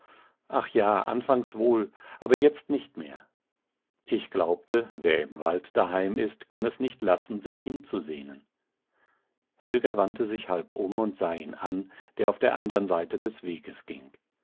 ach ja anfangs wohl aber jetzt nicht mehr ich glaubte wer im wald daheim ist kann es nicht lassen sich hinzusehnen helga wendete sich halb um und sah ihn an der auf der andern seite des weges ging